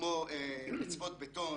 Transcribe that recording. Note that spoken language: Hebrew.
כמו רצפות בטון